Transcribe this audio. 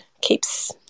keeps